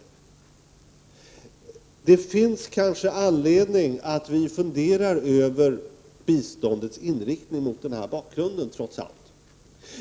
Trots allt kanske det finns anledning att mot denna bakgrund fundera över biståndets inriktning.